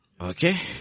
Okay